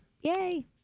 yay